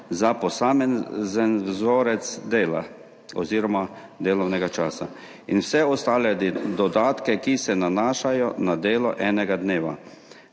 za posamezen vzorec dela oziroma delovnega časa in vse ostale dodatke, ki se nanašajo na delo enega dneva,